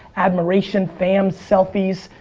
admiration, fans, selfies.